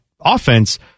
offense